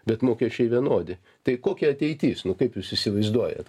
bet mokesčiai vienodi tai kokia ateitis nu kaip jūs įsivaizduojat